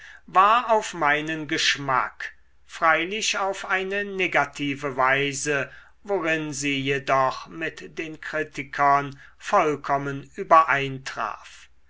war auf meinen geschmack freilich auf eine negative weise worin sie jedoch mit den kritikern vollkommen